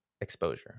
exposure